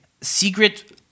secret